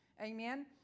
amen